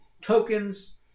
tokens